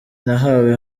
nahawe